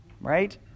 right